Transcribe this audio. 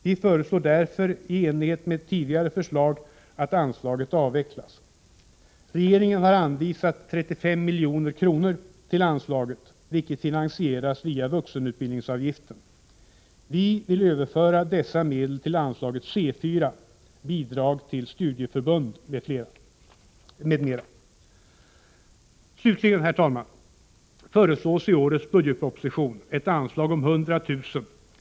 Vi föreslår därför i enlighet med tidigare förslag att anslaget avvecklas. Regeringen har anvisat 35 milj.kr. till anslaget, vilket finansieras via vuxenutbildningsavgiften. Vi vill överföra dessa medel till anslaget C 4. Bidrag till studieförbunden m.m. Slutligen, herr talman, föreslås i årets budgetproposition ett anslag om 100 000 kr.